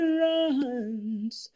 runs